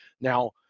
Now